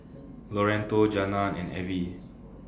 Loretto Jana and Avie